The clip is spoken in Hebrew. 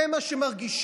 זה מה שמרגישים